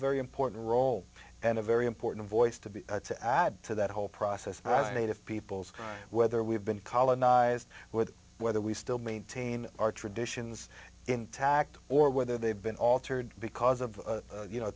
very important role and a very important voice to be to add to that whole process that i made of people's whether we've been colonized with whether we still maintain our traditions intact or whether they've been altered because of you know